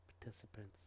Participants